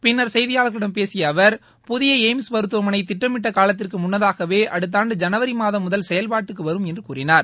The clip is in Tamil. பின்னர் செய்தியாளர்களிடம் பேசிய அவர் புதிய எய்ம்ஸ் மருத்துவமனை திட்டமிட்ட காலத்திற்கு முன்னதாகவே அடுத்தாண்டு ஜனவரி மாதம் முதல் செயல்பாட்டிற்கு வரும் என்று கூறினார்